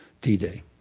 d-day